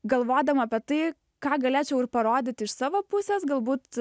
galvodama apie tai ką galėčiau ir parodyt iš savo pusės galbūt